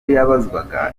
yabazwaga